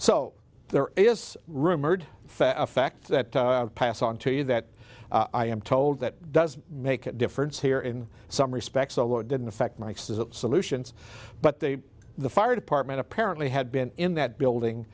so there is rumored effect that pass on to you that i am told that does make a difference here in some respects so low it didn't affect my solutions but they the fire department apparently had been in that building